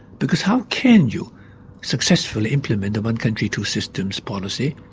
because how can you successfully implement a one-country two-systems policy,